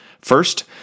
First